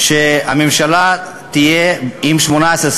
שרוצה בזה, חבר הכנסת חסון?